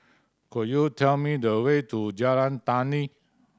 could you tell me the way to Jalan Tani